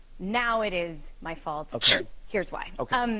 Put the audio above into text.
now it is my fault. okay. here's why. okay. um